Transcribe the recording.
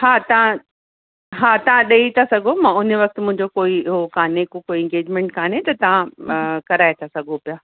हा तव्हां हा तव्हां ॾेई था सघो मां उन वक़्तु मुंहिंजो कोई उहो कोन्हे को कोई इंगेजमेंट कोन्हे त तव्हां कराए था सघो पिया